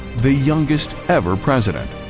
the youngest ever president.